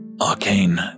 arcane